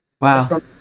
Wow